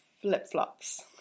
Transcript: flip-flops